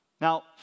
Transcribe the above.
Now